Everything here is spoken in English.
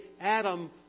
Adam